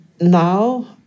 Now